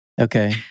Okay